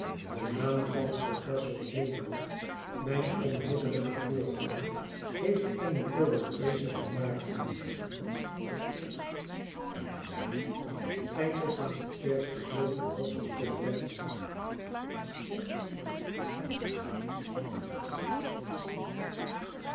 de naam van professor dingo mijn onmiddellijken voorganger heeft eene europeesche vermaardheid